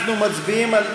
אנחנו מצביעים על,